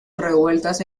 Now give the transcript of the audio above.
revueltas